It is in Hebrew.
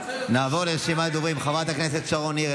נעבור לרשימת הדוברים: חברת הכנסת שרון ניר,